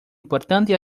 importante